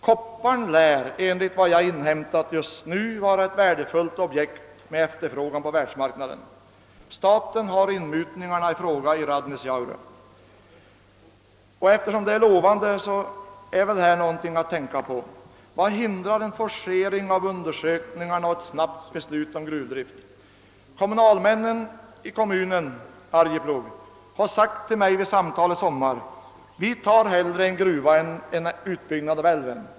Koppar lär, enligt vad jag inhämtat, just nu vara ett värdefullt objekt med efterfrågan på världsmarknaden. Staten har inmutningarna i Radnejaur. Eftersom fyndigheterna är lovande är de väl något att tänka på. Vad hindrar en forcering av undersökningarna och ett snabbt beslut om gruvdrift? Kommunalmännen i Arjeplog sade vid samtal som jag hade med dem i somras: » Vi tar hellre en gruva än en utbyggnad av älven.